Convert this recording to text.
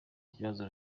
kibazo